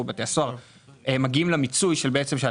בתי הסוהר בתוכו מגיעים למיצוי של התקציב.